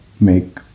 make